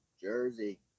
Jersey